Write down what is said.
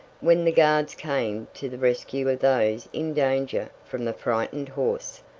when the guards came to the rescue of those in danger from the frightened horse,